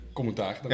Commentaar